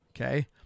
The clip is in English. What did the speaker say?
okay